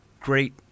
great